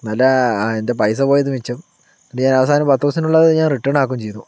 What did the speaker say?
നല്ല എന്താ പൈസ പോയത് മിച്ചം ദേ അവസാനം പത്ത് ദിവസത്തിനുള്ളിലത് റിട്ടേൺ ആക്കുകയും ചെയ്തു